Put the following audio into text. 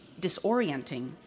disorienting